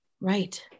Right